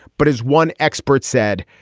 but as one expert said,